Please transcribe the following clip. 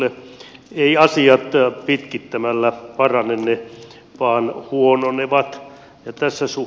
eivät asiat pitkittämällä parane ne vain huononevat